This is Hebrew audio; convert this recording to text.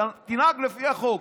תנהג לפי החוק.